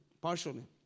Partially